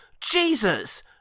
Jesus